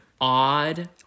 odd